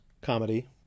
comedy